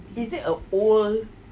is it a old